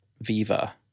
Viva